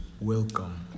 welcome